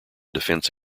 defense